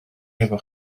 efo